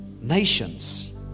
nations